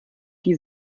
die